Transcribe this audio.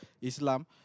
Islam